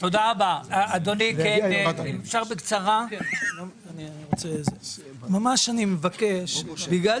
בגלל